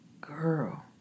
Girl